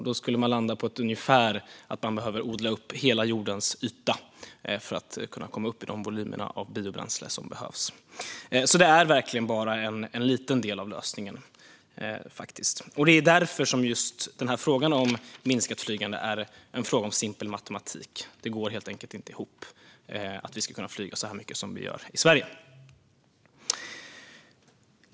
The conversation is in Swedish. Då landar man på att hela jordens yta skulle behöva odlas upp för att kunna komma upp i de volymer av biobränsle som behövs. Det är alltså verkligen bara en liten del av lösningen. Det är därför som just frågan om minskat flygande är en fråga om simpel matematik. Det går helt enkelt inte ihop om vi flyger så mycket som vi gör i Sverige.